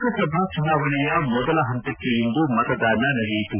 ಲೋಕಸಭಾ ಚುನಾವಣೆಯ ಮೊದಲ ಹಂತಕ್ಕೆ ಇಂದು ಮತದಾನ ನಡೆಯಿತು